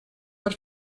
per